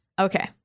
Okay